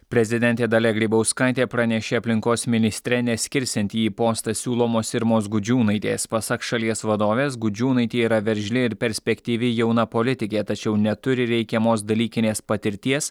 prezidentė dalia grybauskaitė pranešė aplinkos ministre neskirsianti į postą siūlomos irmos gudžiūnaitės pasak šalies vadovės gudžiūnaitė yra veržli ir perspektyvi jauna politikė tačiau neturi reikiamos dalykinės patirties